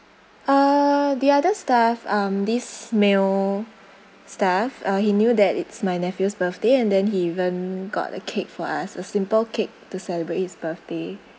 uh the other staff um this male staff uh he knew that it's my nephew's birthday and then he even got a cake for us a simple cake to celebrate his birthday